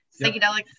psychedelics